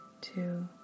two